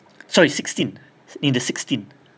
sorry sixteen in the sixteen